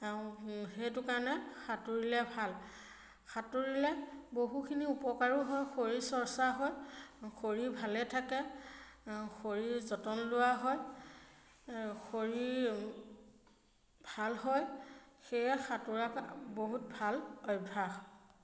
সেইটো কাৰণে সাঁতুৰিলে ভাল সাঁতুৰিলে বহুখিনি উপকাৰো হয় শৰীৰ চৰ্চা হয় শৰীৰ ভালে থাকে শৰীৰ যতন লোৱা হয় শৰীৰ ভাল হয় সেয়ে সাঁতোৰা এক বহুত ভাল অভ্যাস